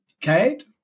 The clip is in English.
Kate